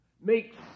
makes